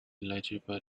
eligible